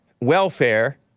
welfare